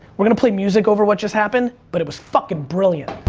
we're gonna play music over what just happened but it was fucking brilliant.